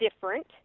different